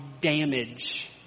damage